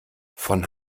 von